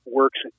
works